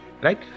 right